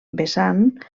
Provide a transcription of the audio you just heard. vessant